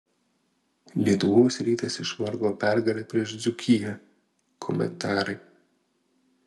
lietuvos rytas išvargo pergalę prieš dzūkiją komentarai